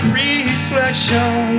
reflection